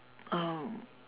um